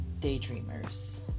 daydreamers